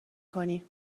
کنی